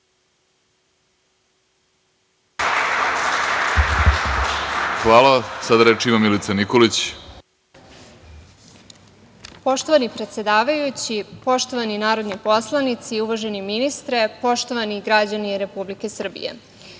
Nikolić. Izvolite. **Milica Nikolić** Poštovani predsedavajući, poštovani narodni poslanici, uvaženi ministre, poštovani građani Republike Srbije,